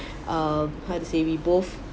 um how to say we both